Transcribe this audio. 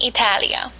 Italia